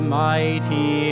mighty